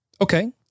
Okay